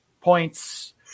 points